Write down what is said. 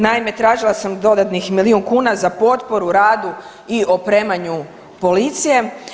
Naime, tražila sam dodatnih milijun kuna za potporu radu i opremanju policije.